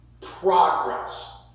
progress